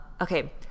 okay